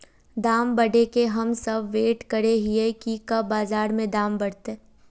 दाम बढ़े के हम सब वैट करे हिये की कब बाजार में दाम बढ़ते?